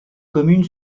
commune